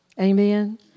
Amen